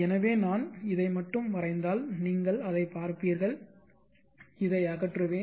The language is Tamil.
எனவே நான் இதை மட்டும் வரைந்தால் நீங்கள் அதைப் பார்ப்பீர்கள் இதை அகற்றுவேன்